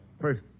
first